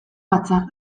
batzarra